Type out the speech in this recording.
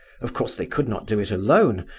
of course they could not do it alone,